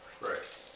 Right